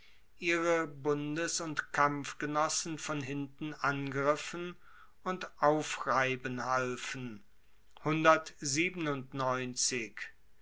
ihre bundes und kampfgenossen von hinten angriffen und aufreiben halfen